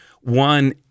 One